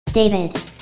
David